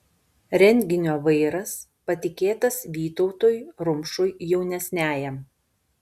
renginio vairas patikėtas vytautui rumšui jaunesniajam